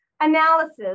analysis